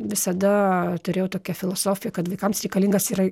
visada turėjau tokią filosofiją kad vaikams reikalingas yra